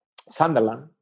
Sunderland